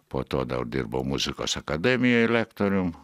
po to dar dirbau muzikos akademijoj lektorium